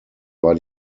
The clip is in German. war